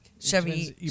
Chevy